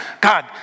God